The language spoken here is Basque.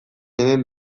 hemen